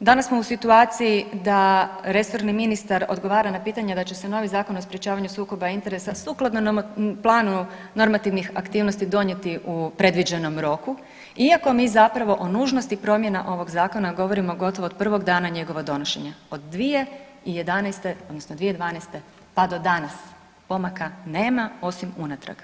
danas smo u situaciji da resorni ministar odgovara na pitanje da će se u novi Zakon o sprječavanju sukoba interesa, sukladno planu normativnih aktivnosti donijeti u predviđenom roku, iako mi zapravo o nužnosti promjena ovog Zakona govorimo gotovo od prvog dana njegovog donošenja, od 2011., odnosno 2012., pa do danas, pomaka nema, osim unatrag.